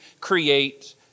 create